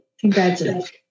Congratulations